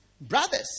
Brothers